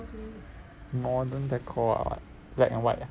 modern decor or what black and white ah